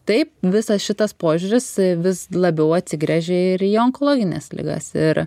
taip visas šitas požiūris vis labiau atsigręžia ir į onkologines ligas ir